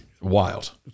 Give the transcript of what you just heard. Wild